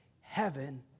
heaven